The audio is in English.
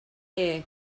air